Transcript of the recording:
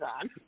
on